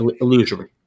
illusory